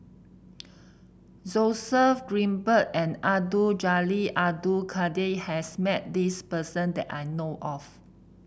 Joseph Grimberg and Abdul Jalil Abdul Kadir has met this person that I know of